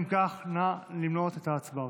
אם כך, נא לנעול את ההצבעה.